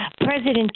President